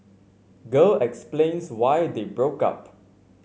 girl explains why they broke up